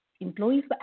Employees